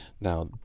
Now